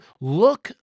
look